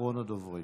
אחרון הדוברים.